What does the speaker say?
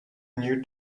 new